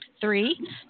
Three